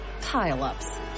Pile-ups